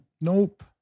Nope